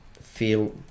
feel